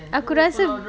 aku rasa